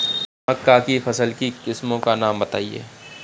मक्का की फसल की किस्मों का नाम बताइये